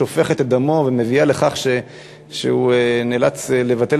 שופכים את דמו ומביאים לכך שהוא נאלץ לבטל